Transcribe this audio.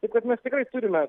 taip kad mes tikrai turime